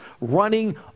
running